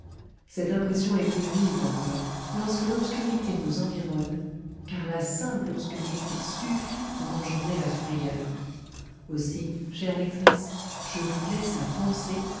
cette impression est plus vive encore lorsque l'obscurité nous environne car la simple obscurité suffit pour engendrer la frayeur aussi chère lectrice je vous laisse à penser